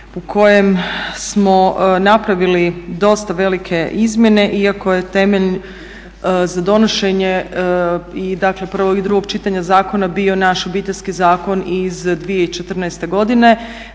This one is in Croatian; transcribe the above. u kojem smo napravili dosta velike izmjene iako je temelj za donošenje i dakle prvog i drugog čitanja zakona bio naš Obiteljski zakon iz 2014. godine.